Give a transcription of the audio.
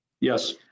yes